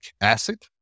acid